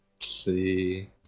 see